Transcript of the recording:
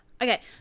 Okay